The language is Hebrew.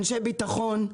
אנשי ביטחון,